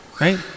Right